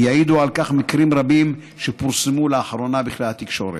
ויעידו על כך מקרים רבים שפורסמו לאחרונה בכלי התקשורת.